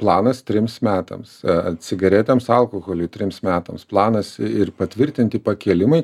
planas trims metams cigaretėms alkoholiui trims metams planas ir patvirtinti pakėlimai